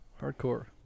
Hardcore